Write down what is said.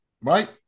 right